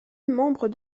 membre